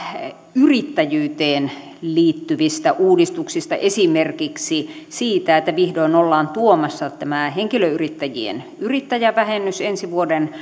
yrittäjyyteen liittyvistä uudistuksista esimerkiksi siitä että vihdoin ollaan tuomassa tämä henkilöyrittäjien yrittäjävähennys ensi vuoden